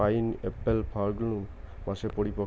pineapple ফাল্গুন মাসে পরিপক্ব হয়